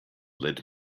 led